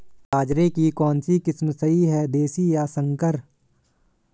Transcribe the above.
बाजरे की कौनसी किस्म सही हैं देशी या संकर?